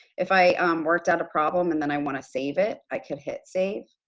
if i worked out a problem and and i want to save it, i could hit save.